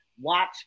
watch